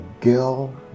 girl